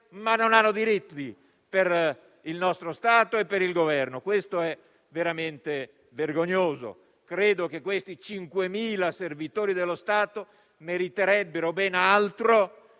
ma non hanno diritti per il nostro Stato e per il Governo. Questo è veramente vergognoso. Credo che questi cinquemila servitori dello Stato meriterebbero ben altro,